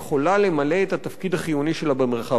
את התפקיד החיוני שלה במרחב הדמוקרטי.